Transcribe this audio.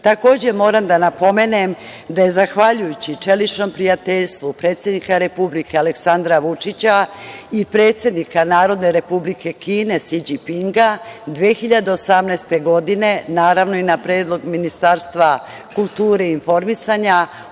moram da napomenem da je, zahvaljujući čeličnom prijateljstvu predsednika Republike Aleksandra Vučića i predsednika Narodne Republike Kine Si Đinpinga 2018. godine, naravno, i na predlog Ministarstva kulture i informisanja,